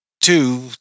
two